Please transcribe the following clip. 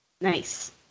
Nice